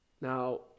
Now